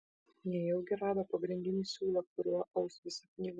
nejaugi rado pagrindinį siūlą kuriuo aus visą knygą